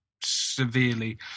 severely